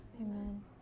Amen